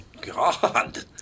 God